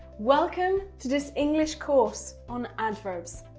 welcome to this english course on adverbs.